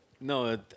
No